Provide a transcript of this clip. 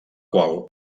qual